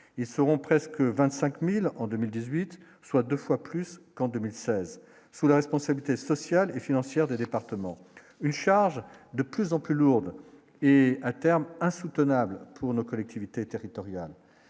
ils seront presque 25000 en 2018, soit 2 fois plus qu'en 2016 sous la responsabilité sociale et financière des départements, une charge de plus en plus lourdes et à terme insoutenable pour nos collectivités territoriales,